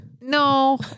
No